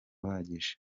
uhagije